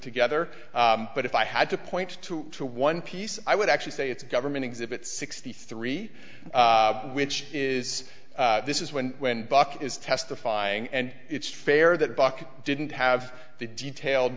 together but if i had to point two to one piece i would actually say it's government exhibit sixty three which is this is when when buck is testifying and it's fair that bach didn't have the detailed